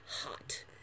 hot